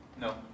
No